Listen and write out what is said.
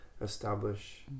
establish